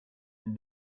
and